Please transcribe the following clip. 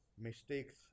mistakes